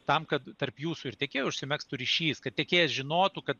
tam kad tarp jūsų ir tiekėjo užsimegztų ryšys kad tiekėjas žinotų kad